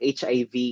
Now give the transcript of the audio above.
HIV